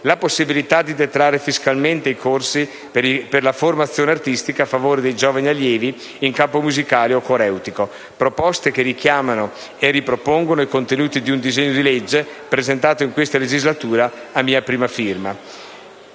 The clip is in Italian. la possibilità di detrarre fiscalmente i costi per i corsi di formazione artistica a favore dei giovani allievi in campo musicale o coreutico. Si tratta di proposte che richiamano e ripropongono i contenuti di un disegno di legge presentato in questa legislatura a mia prima firma.